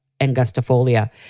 angustifolia